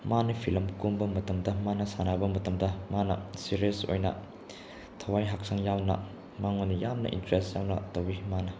ꯃꯥꯅ ꯐꯤꯂꯝ ꯀꯨꯝꯕ ꯃꯇꯝꯗ ꯃꯥꯟꯅ ꯁꯥꯟꯅꯕ ꯃꯇꯝꯗ ꯃꯥꯅ ꯁꯤꯔꯤꯌꯁ ꯑꯣꯏꯅ ꯊꯋꯥꯏ ꯍꯛꯆꯥꯡ ꯌꯥꯎꯅ ꯃꯉꯣꯟꯗ ꯌꯥꯝꯅ ꯏꯟꯇ꯭ꯔꯦꯁ ꯌꯥꯎꯅ ꯇꯧꯕꯤ ꯃꯥꯅ